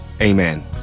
Amen